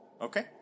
Okay